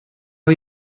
har